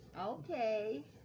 Okay